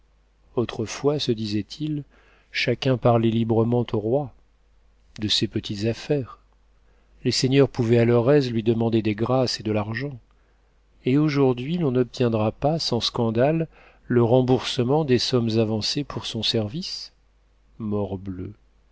autrefois se disait-il chacun parlait librement au roi de ses petites affaires les seigneurs pouvaient à leur aise lui demander des grâces et de l'argent et aujourd'hui l'on n'obtiendra pas sans scandale le remboursement des sommes avancées pour son service morbleu